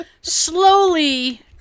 slowly